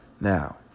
Now